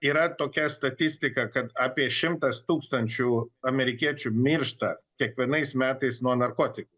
yra tokia statistika kad apie šimtas tūkstančių amerikiečių miršta kiekvienais metais nuo narkotikų